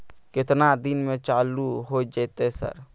केतना दिन में चालू होय जेतै सर?